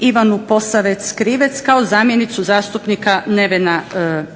Ivanu Posavec Krivec kao zamjenicu zastupnika Nevena